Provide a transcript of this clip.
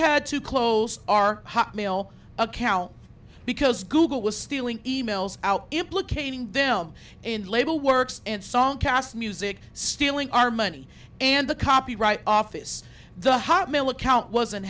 had to close our hotmail account because google was stealing emails out implicating them in label works and song cast music stealing our money and the copyright office the hotmail account wasn't